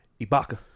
Ibaka